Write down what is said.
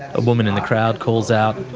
a woman in the crowd calls out,